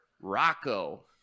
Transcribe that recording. Rocco